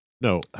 No